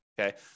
Okay